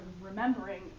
remembering